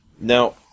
Now